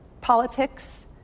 politics